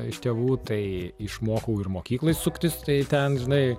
iš tėvų tai išmokau ir mokykloj suktis tai ten žinai